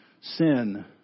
sin